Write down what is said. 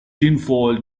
tinfoil